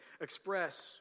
express